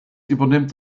übernimmt